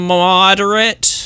moderate